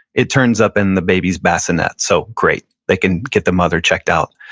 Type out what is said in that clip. it turns up in the baby's bassinet, so, great they can get the mother checked out.